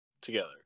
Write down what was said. together